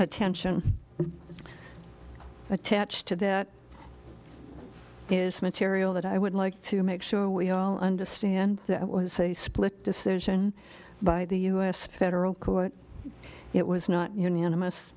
attention attached to that is material that i would like to make sure we all understand that was a split decision by the us federal court it was not unanimous